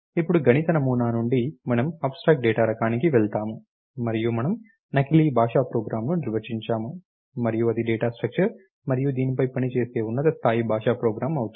ఇప్పుడు గణిత నమూనా నుండి మనం అబ్స్ట్రాక్ట్ డేటా రకానికి వెళ్తాము మరియు మనము నకిలీ భాషా ప్రోగ్రామ్ను నిర్వచించాము మరియు ఇది డేటా స్ట్రక్చర్ మరియు దీనిపై పనిచేసే ఉన్నత స్థాయి భాషా ప్రోగ్రామ్ అవుతుంది